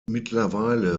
mittlerweile